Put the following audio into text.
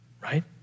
right